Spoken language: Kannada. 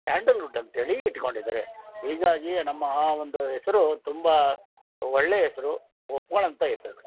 ಸ್ಯಾಂಡಲ್ವುಡ್ ಅಂತೇಳಿ ಇಟ್ಟುಕೊಂಡಿದಾರೆ ಹೀಗಾಗಿ ನಮ್ಮ ಆ ಒಂದು ಹೆಸರು ತುಂಬ ಒಳ್ಳೆಯ ಹೆಸರು ಒಪ್ಕೊಳ್ಳೋಂತ ಹೆಸರು